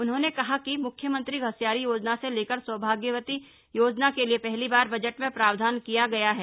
उन्होंने कहा कि मुख्यमंत्री घस्यारी योजना से लेकर सौभाग्यवती योजना के लिए पहली बार बजट में प्रावधान किया गया है